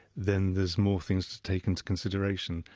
then there's more things to take into consideration.